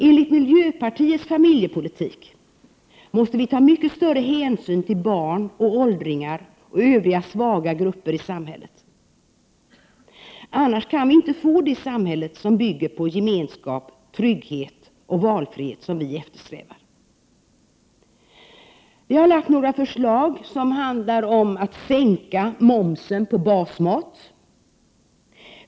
Enligt miljöpartiets familjepolitik måste vi ta mycket större hänsyn till barn och åldringar och övriga svaga grupper i samhället. Annars kan vi inte få det samhälle som bygger på gemenskap, trygghet och valfrihet som vi eftersträvar. Vi har lagt fram några förslag som handlar om att sänka momsen på basmat.